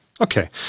Okay